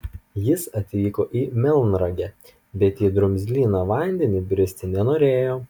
jis atvyko į melnragę bet į drumzliną vandenį bristi nenorėjo